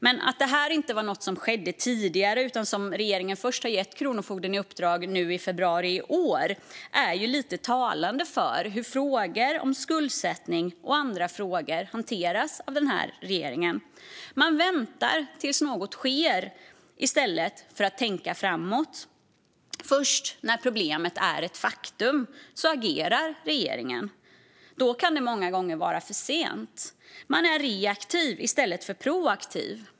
Men att det här var något som inte skedde tidigare utan som regeringen gav Kronofogdemyndigheten i uppdrag först i februari i år är talande för hur frågor om skuldsättning och andra frågor hanteras av den här regeringen. Man väntar tills något sker i stället för att tänka framåt. Först när problemet är ett faktum agerar regeringen. Då kan det många gånger vara för sent. Man är reaktiv i stället för proaktiv.